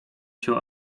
się